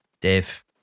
Dave